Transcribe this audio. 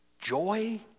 Joy